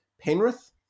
Penrith